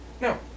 No